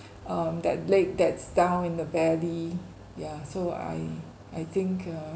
um that lake that's down in the valley yeah so I I think uh